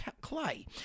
clay